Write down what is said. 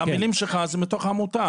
המילים שלך הן מתוך העמותה,